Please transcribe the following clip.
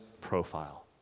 profile